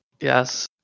Yes